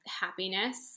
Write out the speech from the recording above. happiness